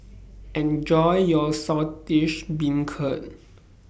Enjoy your Saltish Beancurd